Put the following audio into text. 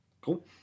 cool